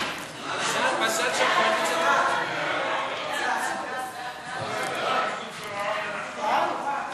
הצעת חוק חדלות פירעון ושיקום כלכלי, התשע"ו 2016,